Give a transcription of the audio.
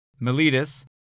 Miletus